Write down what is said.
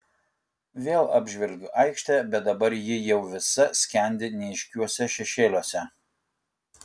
vėl apžvelgiu aikštę bet dabar ji jau visa skendi neaiškiuose šešėliuose